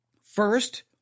First